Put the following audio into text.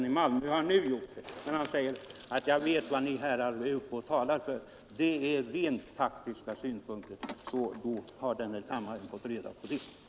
Nu har också herr Svensson i Malmö gjort det, men han säger: Jag vet vad herrarna är uppe och talar för: det är rent taktiska synpunkter. Så nu har kammaren fått veta detta.